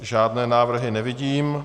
Žádné návrhy nevidím.